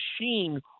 machine